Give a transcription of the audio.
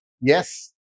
Yes